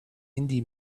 indie